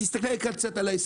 הם צריכים להשקיע יש רגולציה.